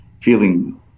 feeling